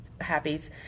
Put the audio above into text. happies